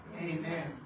Amen